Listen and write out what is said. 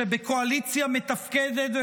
שבקואליציה מתפקדת,